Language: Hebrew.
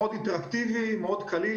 זה מאוד אינטראקטיבי, מאוד קליל.